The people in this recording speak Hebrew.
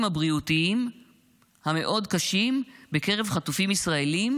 הבריאותיים המאוד קשים בקרב חטופים ישראלים,